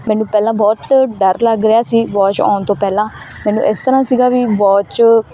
ਮੈਨੂੰ ਪਹਿਲਾਂ ਬਹੁਤ ਡਰ ਲੱਗ ਰਿਹਾ ਸੀ ਵੋਚ ਆਉਣ ਤੋਂ ਪਹਿਲਾਂ ਮੈਨੂੰ ਇਸ ਤਰ੍ਹਾਂ ਸੀਗਾ ਵੀ ਵੋਚ